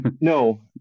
no